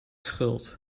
schuld